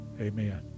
Amen